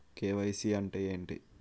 KYC అంటే ఏంటి?